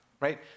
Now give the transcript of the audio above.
right